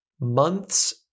months